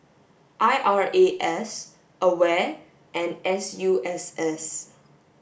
I R A S AWARE and S U S S